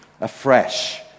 afresh